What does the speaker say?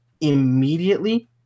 immediately